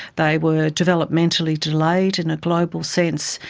they were developmentally delayed in a global sense,